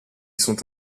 sont